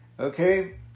Okay